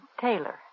Taylor